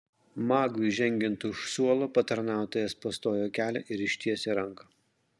magui žengiant už suolo patarnautojas pastojo kelią ir ištiesė ranką